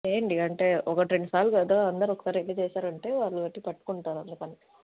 చెయ్యండి అంటే ఒకటి రెండు సార్లు కదా అందరూ ఒకసారి ఇది చేశారంటే వాళ్ళు వచ్చి పట్టుకుంటారు అందుకని